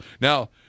Now